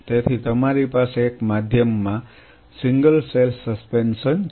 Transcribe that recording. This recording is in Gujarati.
તેથી તમારી પાસે એક માધ્યમમાં સિંગલ સેલ સસ્પેન્શન છે